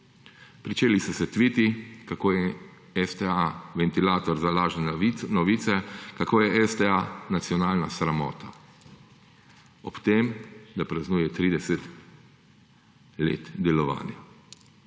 Pričeli so se tviti, kako je STA ventilator za lažne novice, kako je STA nacionalna sramota. Ob tem, da praznuje 30 let delovanja.